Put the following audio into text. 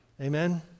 Amen